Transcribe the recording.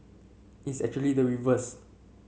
it's actually the reverse